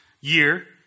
Year